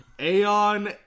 Aeon